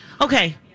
Okay